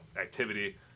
activity